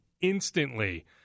instantly